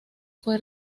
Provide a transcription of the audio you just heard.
fue